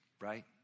right